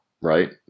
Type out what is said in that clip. right